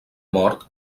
mort